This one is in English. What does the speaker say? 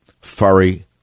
furry